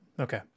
okay